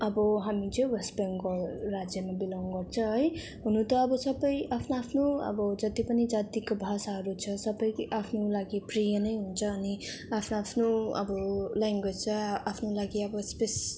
अब हामी चाहिँ वेस्ट बेङ्गाल राज्यमा बिलोङ गर्छ है हुनु त अब सबै आफ्नो आफ्नो अब जति पनि जातिको भाषाहरू छ सबै आफ्नो लागि प्रिय नै हुन्छ अनि आफ्नो आफ्नो अब लेङग्वेज छ आफ्नो लागि अब स्पेस